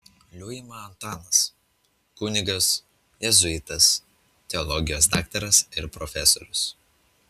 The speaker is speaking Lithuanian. liuima antanas kunigas jėzuitas teologijos daktaras ir profesorius